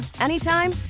anytime